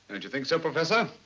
don't you think so, professor?